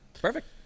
perfect